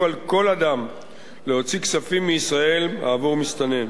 על כל אדם להוציא כספים מישראל עבור מסתנן,